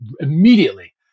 immediately